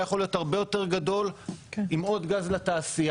היה יכול להיות הרבה יותר גדול עם עוד גז לתעשייה.